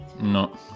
No